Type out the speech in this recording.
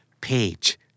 Page